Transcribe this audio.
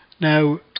Now